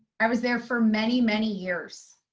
i was there for many, many years.